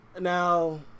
Now